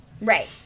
Right